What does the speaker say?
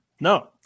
No